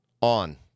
on